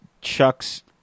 chuck's